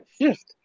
shift